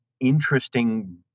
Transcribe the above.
interesting